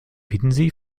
hiddensee